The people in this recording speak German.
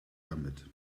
damit